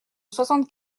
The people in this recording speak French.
soixante